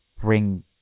bring